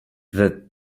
that